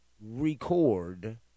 record